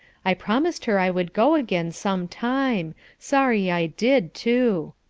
i promised her i would go again some time sorry i did too.